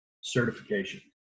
certification